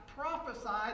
prophesied